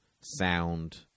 sound